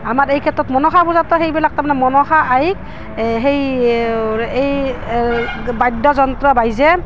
আমাৰ এই ক্ষেত্ৰত মনসা পূজাতো সেইবিলাক তাৰমানে মনসা আইক সেই এই বাদ্যযন্ত্ৰ বাইজে